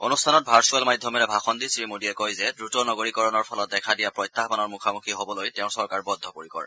অনুষ্ঠানত ভাৰ্চুৱেল মাধ্যমেৰে ভাষণ দি শ্ৰীমোদীয়ে কয় যে দ্ৰুত নগৰীকৰণৰ ফলত দেখা দিয়া প্ৰত্যাহ্মনৰ সন্মুখীন হবলৈ তেওঁৰ চৰকাৰ বদ্ধপৰিকৰ